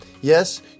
Yes